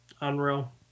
Unreal